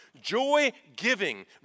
joy-giving